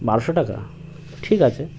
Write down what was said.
বারশো টাকা ঠিক আছে